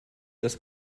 dass